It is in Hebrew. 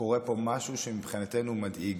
קורה פה משהו שמבחינתנו הוא מדאיג.